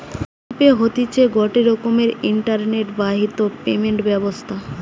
phone pay হতিছে গটে রকমের ইন্টারনেট বাহিত পেমেন্ট ব্যবস্থা